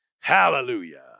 Hallelujah